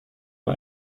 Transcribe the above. nur